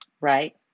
Right